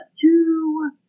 two